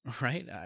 Right